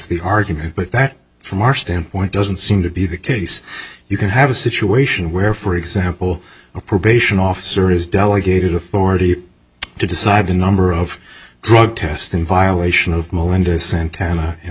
the argument but that from our standpoint doesn't seem to be the case you can have a situation where for example a probation officer has delegated authority to decide the number of drug tests in violation of melinda's santana